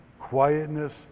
quietness